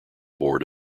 board